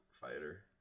fighter